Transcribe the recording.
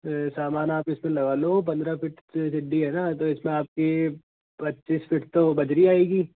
सामान आप इसमें लगा लो पंद्रह फिट की सीढ़ी है ना तो इसमें आपकी पच्चीस फिट तो बजरी आएगी